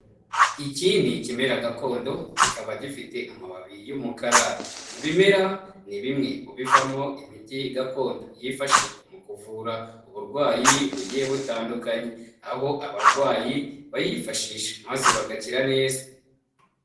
Iki ni ikimera gakondo, kikaba gifite amababi y'umukara, ibimera ni bimwe mu bivamo imiti gakondo, yifashishwa mu kuvura uburwayi bugiye butandukanye, aho abarwayi bayifashisha maze bagakira neza.